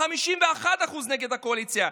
51% נגד הקואליציה.